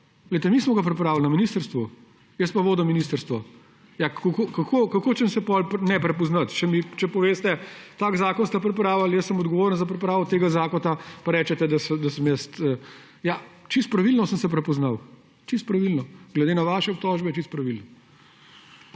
Mi smo ga pripravili na ministrstvu, jaz pa vodim ministrstvo. Ja, kako naj se potem ne prepoznam, če poveste, takšen zakon ste pripravili, jaz sem odgovoren za pripravo tega zakona, in rečete, da sem jaz. Ja, čisto pravilno sem se prepoznal. Glede na vaše obtožbe čisto pravilno.